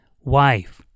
Wife